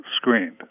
screened